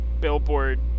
Billboard